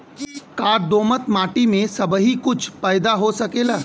का दोमट माटी में सबही कुछ पैदा हो सकेला?